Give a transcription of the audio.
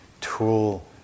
tool